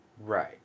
Right